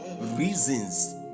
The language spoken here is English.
reasons